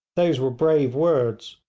those were brave words,